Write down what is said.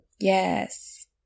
Yes